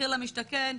מחיר למשתכן,